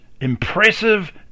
impressive